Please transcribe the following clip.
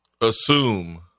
assume